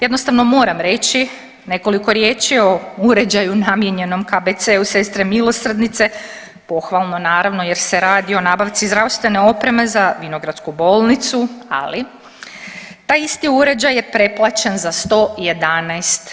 Jednostavno moram reći nekoliko riječi o uređaju namijenjenom KBC-u Sestre milosrdnice pohvalno naravno jer se radi o nabavci zdravstvene opreme za Vinogradsku bolnicu, ali taj isti uređaj je preplaćen za 111%